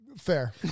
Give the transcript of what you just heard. Fair